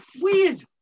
weird